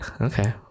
Okay